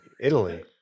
Italy